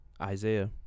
Isaiah